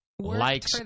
likes